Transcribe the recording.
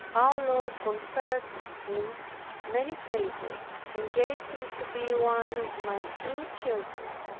our lord conferred on him many favors, and gave him to be one of my true children.